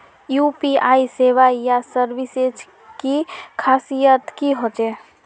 UPI सेवाएँ या services की खासियत की होचे?